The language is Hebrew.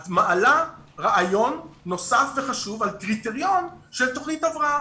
את מעלה רעיון נוסף וחשוב על קריטריון של תוכנית הבראה.